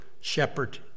shepherd